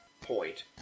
point